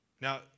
Now